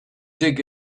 dig